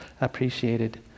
appreciated